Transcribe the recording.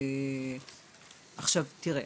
עכשיו, תראה,